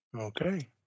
Okay